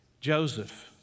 Joseph